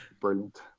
Brilliant